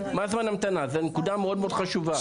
זה נקודה מאוד מאוד חשובה.